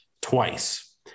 twice